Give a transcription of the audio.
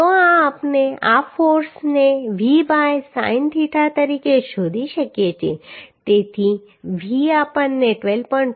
તો આ આપણે આ ફોર્સને V બાય sin થીટા તરીકે શોધી શકીએ છીએ બરાબર તેથી V આપણને 12